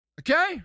Okay